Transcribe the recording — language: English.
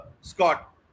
Scott